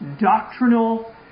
doctrinal